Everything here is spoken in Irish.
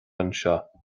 anseo